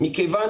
מכיוון